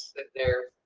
there